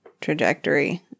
trajectory